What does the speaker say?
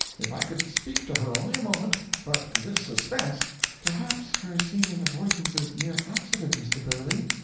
if i could speak to her only a moment but this suspense perhaps her seeming avoidance is mere accident, mr. burley.